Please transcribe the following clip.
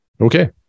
okay